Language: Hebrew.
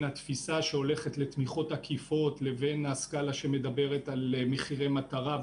התפיסה שהולכת לתמיכות עקיפות לבין זו שמדברת על מחירי מטרה,